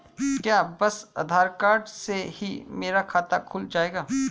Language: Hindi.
क्या बस आधार कार्ड से ही मेरा खाता खुल जाएगा?